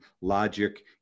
logic